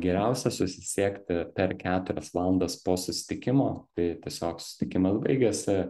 geriausia susisiekti per keturias valandas po susitikimo tai tiesiog susitikimas baigėsi